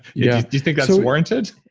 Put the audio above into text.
yeah do you think that's warranted?